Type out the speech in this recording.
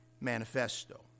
Manifesto